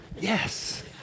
Yes